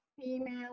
female